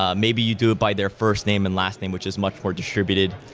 ah may be you do by their first name and last name which is much work attributed.